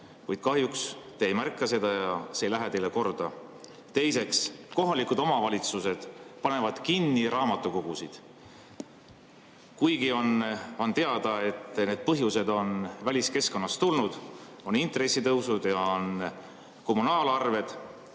Kuid kahjuks te ei märka seda ja see ei lähe teile korda. Teiseks, kohalikud omavalitsused panevad kinni raamatukogusid. On teada, et need põhjused on väliskeskkonnast tulnud: intressitõusud ja kommunaalarved.